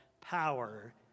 Power